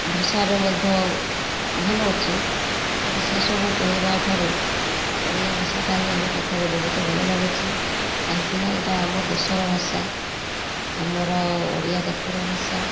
ଭାଷାରେ ମଧ୍ୟ ଭଲ ଅଛି କିନ୍ତୁ ସେସବୁ କହିବା ଠାରୁ ଓଡ଼ିଆ ଭାଷାଟା ହିଁ ଆମ ପାଖରେ ବହୁତ ଭଲ ଲାଗୁଛି କାହିଁକି ନା ଏଇଟା ଆମ ଦେଶର ଭାଷା ଆମର ଓଡ଼ିଆ ଜାତିର ଭାଷା